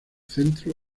centro